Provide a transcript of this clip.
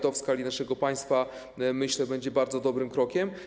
To w skali naszego państwa, myślę, będzie bardzo dobrym krokiem.